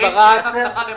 מרב מיכאלי, בבקשה.